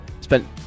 spent